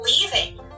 leaving